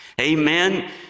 Amen